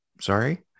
sorry